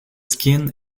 skin